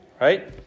Right